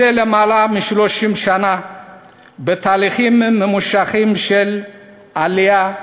למעלה מ-30 שנה בתהליכים ממושכים של עלייה,